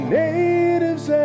natives